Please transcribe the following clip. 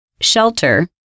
shelter